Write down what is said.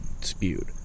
spewed